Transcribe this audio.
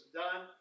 done